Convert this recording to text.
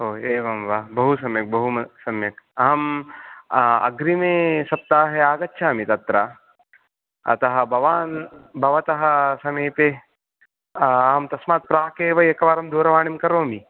ओ एवं वा बहुसम्यक् बहुसम्यक् अहम् अग्रिमे सप्ताहे आगच्छामि तत्र अतः भवान् भवतः समीपे अहं तस्मात् प्राक् एव एकवारं दूरवाणीं करोमि